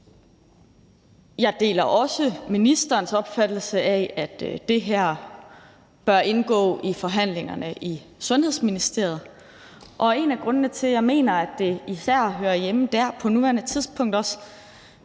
Jeg deler også ministerens opfattelse af, at det her bør indgå i forhandlingerne i Sundhedsministeriet. Og en af grundene til, at jeg mener, at det især også hører hjemme der på nuværende tidspunkt,